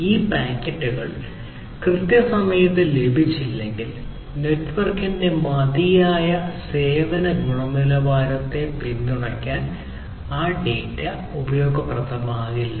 ഈ പാക്കറ്റുകൾ കൃത്യസമയത്ത് ലഭിച്ചില്ലെങ്കിൽ നെറ്റ്വർക്കിന്റെ മതിയായ സേവന ഗുണനിലവാരത്തെ പിന്തുണയ്ക്കാൻ ആ ഡാറ്റ ഉപയോഗപ്രദമാകില്ല